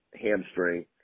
hamstring